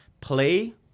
play